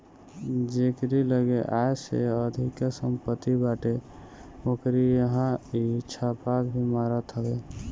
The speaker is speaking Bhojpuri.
जेकरी लगे आय से अधिका सम्पत्ति बाटे ओकरी इहां इ छापा भी मारत हवे